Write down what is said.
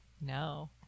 No